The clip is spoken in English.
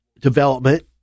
development